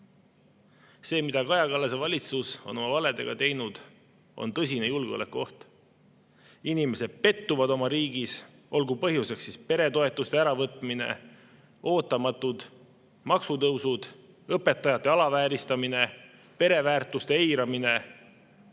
See, mida Kaja Kallase valitsus on oma valedega teinud, on tõsine julgeolekuoht. Inimesed pettuvad oma riigis, olgu põhjuseks siis peretoetuste äravõtmine, ootamatud maksutõusud, õpetajate alavääristamine, pereväärtuste eiramine,